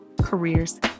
careers